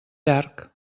llarg